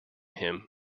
him